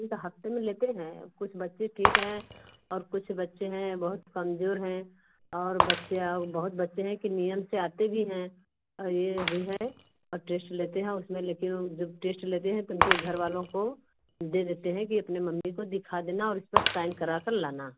हफ्ते में लेते हैं कुछ बच्चे ठीक हैं और कुछ बच्चे हैं बहुत कमज़ोर हैं और बच्चे और बहुत बच्चे हैं कि नियम से आते भी हैं और यह भी हैं और टेस्ट लेते हैं और मैं लेती हूँ जब टेस्ट लेती हूँ तो उनके घरवालों को दे देते हैं कि अपने मम्मी को दिखा देना और इस पर साइन करा कर लाना